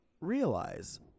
realize